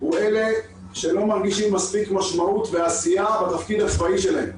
הוא אלה שלא מרגישים מספיק משמעות ועשייה בתפקיד הצבאי שלהם,